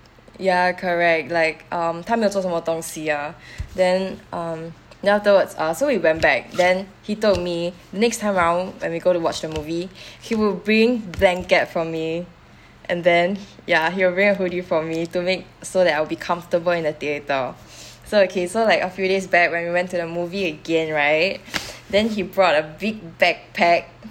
ya correct like um 他没有做什么东西 ah then um then afterwards ah so we went back then he told me next time round when we go to watch the movie he will bring blanket for me and then ya he will bring a hoodie for me to make so that I'll be comfortable in the theatre so okay so a few days back when we went to the movie again right then he brought a big backpack